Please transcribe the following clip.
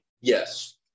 Yes